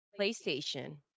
PlayStation